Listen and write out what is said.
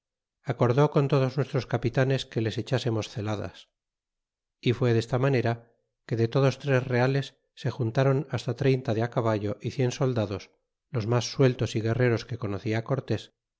acordó con todos nuestros capitanes que les echásemos celadas y fue desta manera que de todos tres reales se juntron basta treinta de caballo y cien soldados los mas sueltos y guerreros que conocia cortés